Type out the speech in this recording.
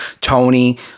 Tony